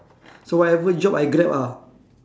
so whatever job I grab ah